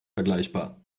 vergleichbar